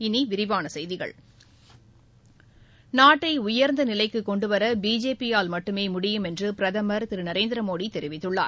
இனி விரிவான செய்திகள் நாட்டை உயர்ந்த நிலைக்கு கொண்டுவர பிஜேபி யால் மட்டுமே முடியும் என்று பிரதமர் திரு நரேந்திர மோடி தெரிவித்துள்ளார்